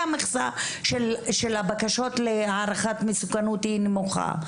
המכסה של הבקשות להערכת מסוכנות נמוכה.